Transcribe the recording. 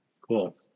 Cool